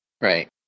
right